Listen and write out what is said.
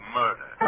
murder